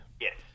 Yes